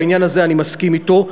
בעניין הזה אני מסכים אתו.